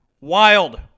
Wild